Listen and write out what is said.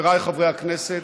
חבריי חברי הכנסת,